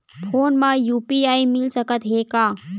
Phone मा UPI मिल सकत हे का?